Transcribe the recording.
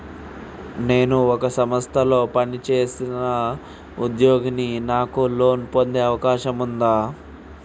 నేను ఒక సంస్థలో పనిచేస్తున్న ఉద్యోగిని నాకు లోను పొందే అవకాశం ఉందా?